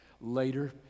later